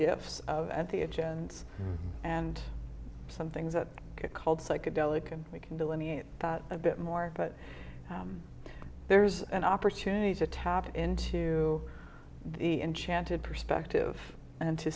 gifts at the agenda and some things that get called psychedelic and we can delineate that a bit more but there's an opportunity to tap into the enchanted perspective and to